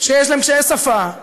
שיש להם קשיי שפה,